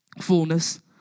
fullness